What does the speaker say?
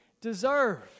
deserve